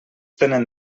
tenen